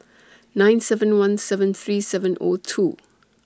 nine seven one seven three seven O two